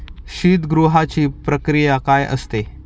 शीतगृहाची प्रक्रिया काय असते?